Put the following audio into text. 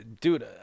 dude